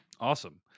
Awesome